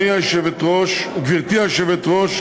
גברתי היושבת-ראש,